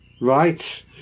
Right